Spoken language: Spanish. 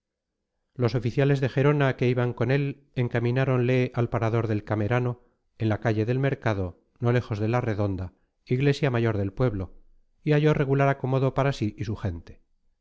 los oficiales de gerona que iban con él encamináronle al parador del camerano en la calle del mercado no lejos de la redonda iglesia mayor del pueblo y halló regular acomodo para sí y su gente